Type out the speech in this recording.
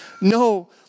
No